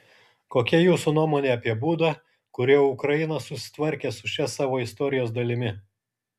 kokia jūsų nuomonė apie būdą kuriuo ukraina susitvarkė su šia savo istorijos dalimi